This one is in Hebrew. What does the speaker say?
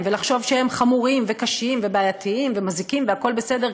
ולחשוב שהם חמורים וקשים ובעייתיים ומזיקים והכול בסדר,